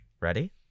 Ready